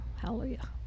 Hallelujah